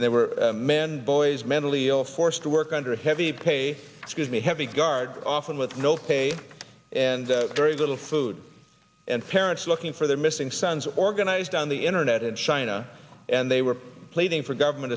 and they were and boys mentally ill forced to work under heavy pay because the heavy guard often with no pay and very little food and parents looking for their missing sons organized on the internet in china and they were pleading for government